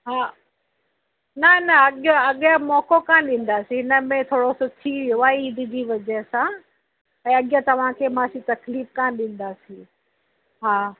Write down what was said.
हा न न अॻियां अॻियां मौक़ो कान ॾींदासीं हिन में थोरोसो थी वियो आहे ईद जी वजह सां ऐं अॻियां तव्हांखे मां तकलीफ़ कान ॾींदासीं हा